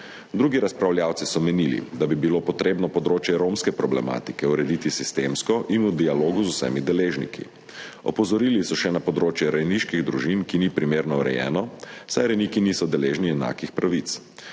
Drugi razpravljavci so menili, da bi bilo treba področje romske problematike urediti sistemsko in v dialogu z vsemi deležniki. Opozorili so še na področje rejniških družin, ki ni primerno urejeno, saj rejniki niso deležni enakih pravic.